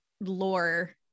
lore